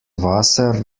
wasser